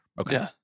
Okay